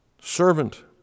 servant